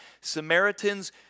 Samaritans